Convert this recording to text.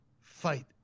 Fight